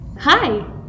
Hi